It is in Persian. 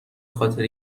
خاطر